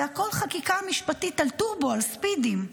זה הכול חקיקה משפטית על טורבו, על ספידים.